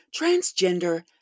transgender